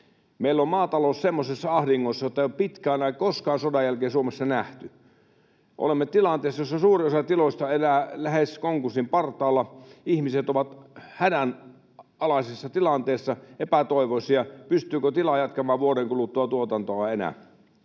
Meillä on maatalous semmoisessa ahdingossa, jota ei ole koskaan sodan jälkeen Suomessa nähty. Olemme tilanteessa, jossa suurin osa tiloista elää lähes konkurssin partaalla, ihmiset ovat hädänalaisessa tilanteessa, epätoivoisia, pystyykö tila jatkamaan enää vuoden kuluttua tuotantoa.